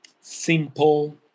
simple